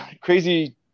crazy